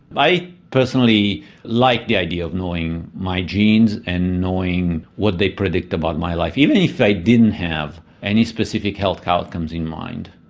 i personally like the idea of knowing my genes and knowing what they predict about my life, even if i didn't have any specific health outcomes in mind.